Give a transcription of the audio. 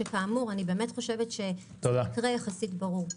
שאני באמת חושבת שזה מקרה יחסית ברור.